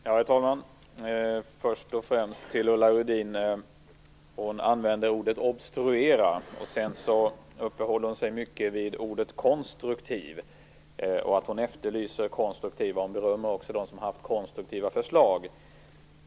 Herr talman! Först och främst vill jag säga att Ulla Rudin använder ordet obstruera. Sedan uppehåller hon sig mycket vid ordet konstruktiv, och hon efterlyser konstruktiva förslag. Hon berömmer dem som har haft konstruktiva förslag.